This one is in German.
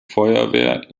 feuerwehr